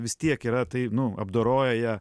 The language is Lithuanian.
vis tiek yra tai nu apdoroja